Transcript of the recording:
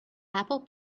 apple